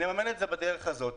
נממן את זה בדרך הזאת.